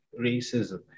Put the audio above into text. racism